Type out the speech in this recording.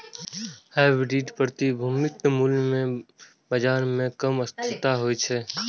hybrid प्रतिभूतिक मूल्य मे बाजार मे कम अस्थिरता होइ छै